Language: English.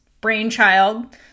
brainchild